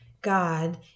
God